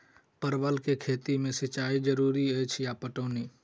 परवल केँ खेती मे सिंचाई जरूरी अछि या पटौनी?